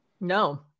No